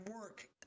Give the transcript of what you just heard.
work